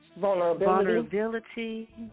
vulnerability